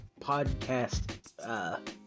podcast